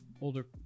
older